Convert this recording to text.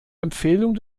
empfehlung